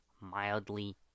mildly